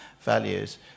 values